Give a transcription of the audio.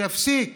שיפסיק